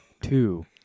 Two